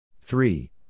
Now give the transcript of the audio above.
Three